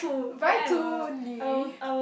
buy two only